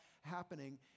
happening